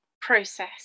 process